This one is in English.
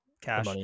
cash